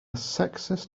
sexist